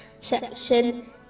section